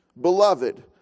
beloved